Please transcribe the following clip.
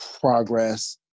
progress